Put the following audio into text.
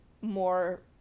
more